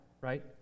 right